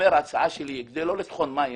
ההצעה שלי - כדי לא לטחון מים